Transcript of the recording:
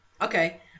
Okay